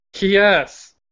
Yes